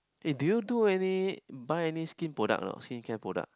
eh do you do any buy any skin product or not skincare product